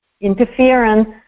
interference